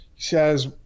says